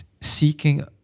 seeking